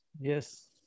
Yes